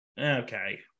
Okay